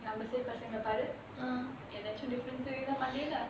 நம்ம பசங்கள பாரு ஏதாச்சும்:namma pasangala paaru ethaachum difference தெரியுதா மண்டைல:teriyutha mandaila